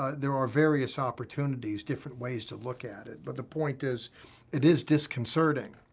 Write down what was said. there are various opportunities, different ways to look at it, but the point is it is disconcerting.